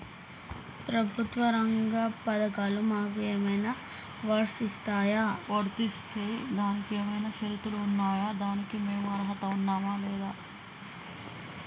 ప్రభుత్వ రంగ పథకాలు మాకు ఏమైనా వర్తిస్తాయా? వర్తిస్తే దానికి ఏమైనా షరతులు ఉన్నాయా? దానికి మేము అర్హత ఉన్నామా లేదా?